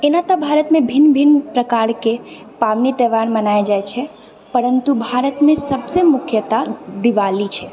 एना तऽ भारतमे भिन्न भिन्न प्रकारके पावनि त्यौहार मनायल जाइ छै परन्तु भारतमे सबसँ मुख्यता दिवाली छै